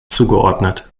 zugeordnet